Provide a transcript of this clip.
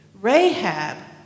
Rahab